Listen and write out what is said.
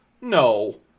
No